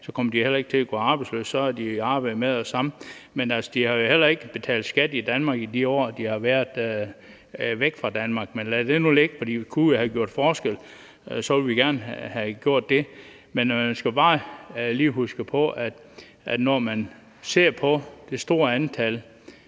så kommer de heller ikke til at gå arbejdsløse, for så er de i arbejde med det samme. Men de har jo heller ikke betalt skat i Danmark i de år, de har været væk fra Danmark. Men lad det nu ligge, for kunne vi have gjort forskel, ville vi gerne have gjort det. Men man skal bare lige huske på, at når man ser på det store antal,